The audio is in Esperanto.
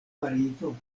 parizo